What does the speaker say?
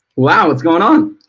wow, what's going on?